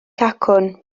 cacwn